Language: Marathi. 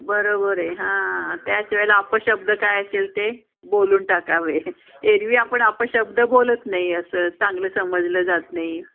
बरोबर आहे हां त्याच वेळेला अपशब्द काय असेल ते बोलून टाकावे एरव्ही आपण अपशब्द बोलत नाही असं चांगलं समजलं जात नाही